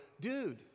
dude